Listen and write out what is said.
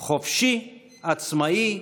חופשי, עצמאי,